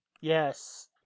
Yes